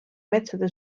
metsade